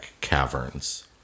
Caverns